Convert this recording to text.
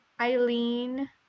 eileen